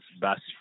best